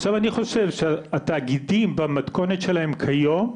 עכשיו אני חושב שהתאגידים במתכונת שלהם היום,